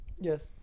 Yes